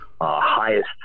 highest